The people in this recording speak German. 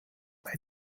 bei